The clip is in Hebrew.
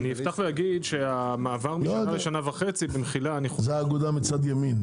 אני אפתח ואגיד שהמעבר משנה לשנה וחצי במחילה --- זו האגודה מצד ימין,